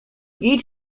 idź